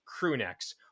crewnecks